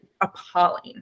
appalling